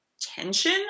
tension